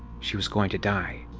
she was going to die.